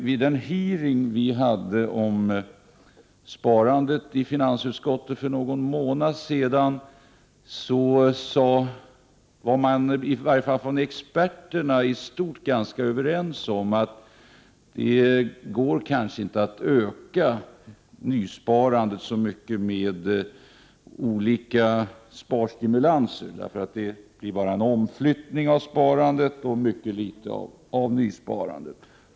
Vid den utskottsutfrågning vi hade i finansutskottet för någon månad sedan om sparandet var man i alla fall från experthåll i stort sett ganska överens om att det kanske inte går att öka nysparandet så mycket med olika sparstimulanser, eftersom det bara leder till en omflyttning av sparandet och till mycket litet nysparande.